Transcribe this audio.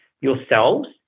yourselves